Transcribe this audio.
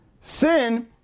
Sin